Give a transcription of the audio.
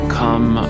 come